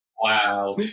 Wow